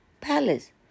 palace